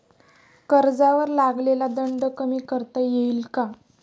कर्जावर लागलेला दंड कमी करता येईल का?